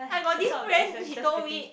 I got this friend he told me